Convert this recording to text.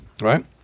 Right